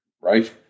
right